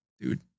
Dude